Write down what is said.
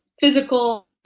physical